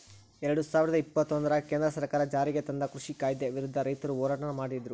ಎರಡುಸಾವಿರದ ಇಪ್ಪತ್ತೊಂದರಾಗ ಕೇಂದ್ರ ಸರ್ಕಾರ ಜಾರಿಗೆತಂದ ಕೃಷಿ ಕಾಯ್ದೆ ವಿರುದ್ಧ ರೈತರು ಹೋರಾಟ ಮಾಡಿದ್ರು